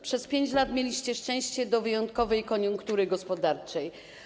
Przez 5 lat mieliście szczęście do wyjątkowej koniunktury gospodarczej.